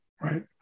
Right